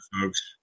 folks